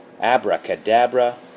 Abracadabra